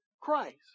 Christ